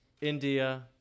India